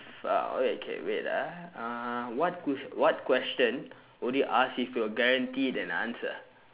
far okay K wait ah uh what ques~ what question would you ask if you're guaranteed an answer